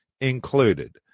included